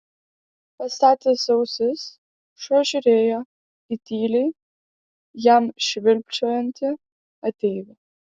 pastatęs ausis šuo žiūrėjo į tyliai jam švilpčiojantį ateivį